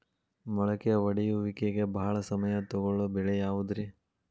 ಮೊಳಕೆ ಒಡೆಯುವಿಕೆಗೆ ಭಾಳ ಸಮಯ ತೊಗೊಳ್ಳೋ ಬೆಳೆ ಯಾವುದ್ರೇ?